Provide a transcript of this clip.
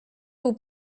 był